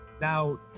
Now